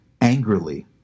angrily